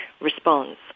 response